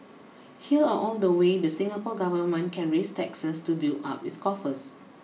here are all the ways the Singapore government can raise taxes to build up its coffers